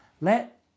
Let